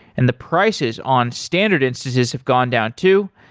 and the prices on standard instances have gone down too.